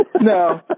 No